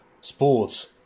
sports